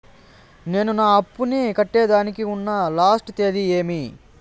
నేను నా అప్పుని కట్టేదానికి ఉన్న లాస్ట్ తేది ఏమి?